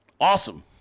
awesome